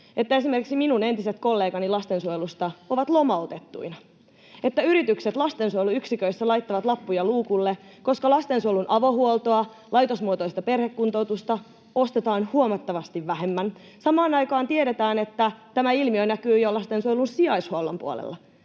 että esimerkiksi minun entiset kollegani lastensuojelusta ovat lomautettuina, että yritykset lastensuojeluyksiköissä laittavat lappuja luukulle, koska lastensuojelun avohuoltoa, laitosmuotoista perhekuntoutusta, ostetaan huomattavasti vähemmän? Samaan aikaan tiedetään, että tämä ilmiö näkyy jo lastensuojelun sijaishuollon puolella,